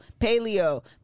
paleo